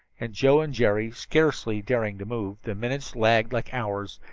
and joe and jerry scarcely daring to move, the minutes lagged like hours,